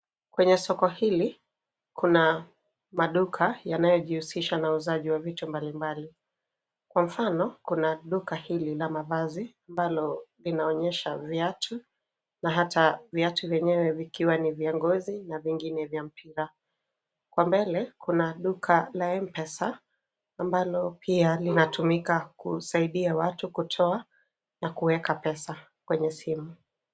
Kwenye soko hili kuna maduka yanayojihusisha na uuzaji wa vitu mbalimbali, Kwa mfano kuna duka hili la mavazi ambalo linaonyesha viatu na hata viatu vyenyewe vikiwa ni vya ngozi na vingine ni vya mpira. Kwa mbele kuna duka la Mpesa ambalo pia linatumika kusaidia watu kutoa na kuweka pesa kwenye simu.